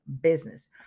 business